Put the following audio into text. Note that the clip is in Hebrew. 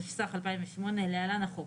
התשס"ח-2008 (להלן-החוק),